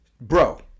bro